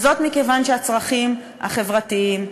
מכיוון שהצרכים החברתיים,